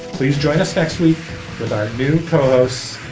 please join us next week with our new co-hosts,